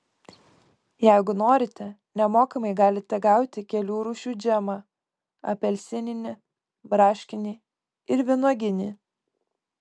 jeigu norite nemokamai galite gauti kelių rūšių džemą apelsininį braškinį ir vynuoginį